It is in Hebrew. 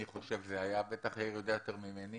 אני חושב זה היה, בטח יאיר יודע יותר ממני,